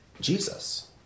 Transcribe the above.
Jesus